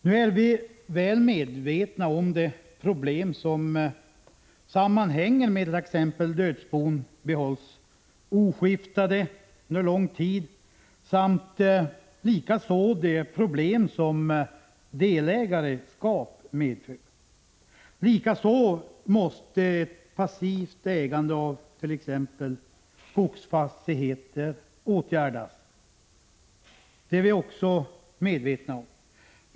Vi är väl medvetna om de problem som sammanhänger med exempelvis dödsbon som behålls oskiftade under lång tid. Vi är också väl medvetna om de problem som delägarskap medför. Likaså är vi medvetna om att passivt ägande av t.ex. skogsfastigheter innebär problem som måste åtgärdas.